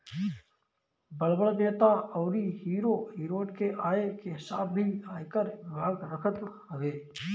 बड़ बड़ नेता अउरी हीरो हिरोइन के आय के हिसाब भी आयकर विभाग रखत हवे